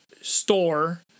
store